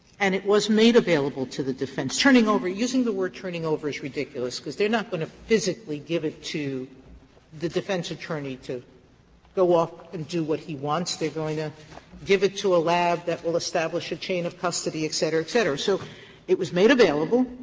and it was made available to the defense. turning over using the word turning over is ridiculous, because they are not going to physically give it to the defense attorney to go off and do what he wants. they are going to give it to a lab that will establish a chain of custody, et cetera, et cetera. so it was made available.